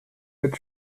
mit